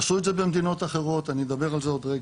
עשו את זה במדינות אחרות, אני אדבר על זה עוד רגע.